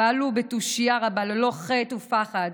פעל בתושייה רבה, ללא חת ופחד,